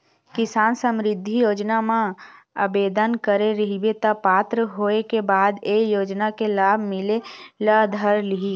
किसान समरिद्धि योजना म आबेदन करे रहिबे त पात्र होए के बाद ए योजना के लाभ मिले ल धर लिही